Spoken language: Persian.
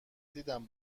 دیدم